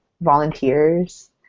volunteers